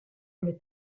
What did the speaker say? une